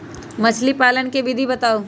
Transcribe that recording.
मछली पालन के विधि बताऊँ?